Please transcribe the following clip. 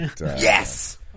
Yes